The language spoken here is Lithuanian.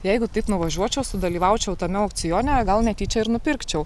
jeigu taip nuvažiuočiau sudalyvaučiau tame aukcione gal netyčia ir nupirkčiau